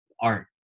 art